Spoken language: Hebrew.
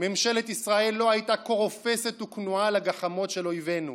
ממשלת ישראל לא הייתה כה רופסת וכנועה לגחמות של אויבינו.